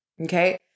Okay